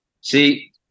See